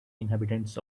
inhabitants